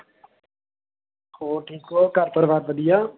ਹੋਰ ਠੀਕ ਹੋ ਘਰ ਪਰਿਵਾਰ ਵਧੀਆ